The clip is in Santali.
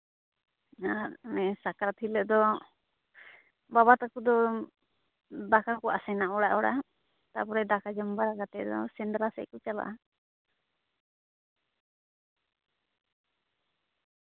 ᱟᱨ ᱚᱱᱮ ᱥᱟᱠᱨᱟᱛ ᱦᱤᱞᱳᱜ ᱫᱚ ᱵᱟᱵᱟ ᱛᱟᱠᱚ ᱫᱚ ᱫᱟᱠᱟ ᱠᱚ ᱟᱥᱮᱱᱟ ᱚᱲᱟᱜ ᱚᱲᱟᱜ ᱛᱟᱯᱚᱨᱮ ᱫᱟᱠᱟ ᱡᱚᱢ ᱵᱟᱲᱟ ᱠᱟᱛᱮᱫ ᱫᱚ ᱥᱮᱸᱫᱽᱨᱟ ᱥᱮᱫ ᱠᱚ ᱪᱟᱞᱟᱜᱼᱟ